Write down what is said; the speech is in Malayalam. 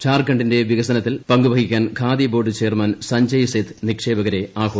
ഝാർഖണ്ഡിന്റെ വികസനത്തിൽ പങ്ക് വഹിക്കാൻ ഖാദി ബോർഡ് ചെയർമാൻ സഞ്ജയ് സേത്ത് നിക്ഷേപകരെ ആഹ്വാനം ചെയ്തു